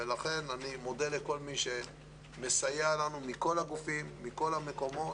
לכן אני מודה לכל מי שמסייע לנו מכל הגופים ומכל המקומות.